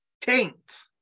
taint